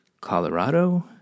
Colorado